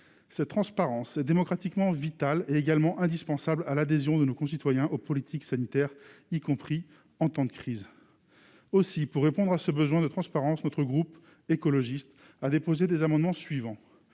cette transparence démocratiquement vital est également indispensable à l'adhésion de nos concitoyens aux politiques sanitaire, y compris en temps de crise aussi pour répondre à ce besoin de transparence, notre groupe écologiste a déposé des amendements suivants